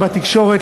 בתקשורת.